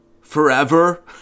forever